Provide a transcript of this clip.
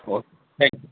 okay bye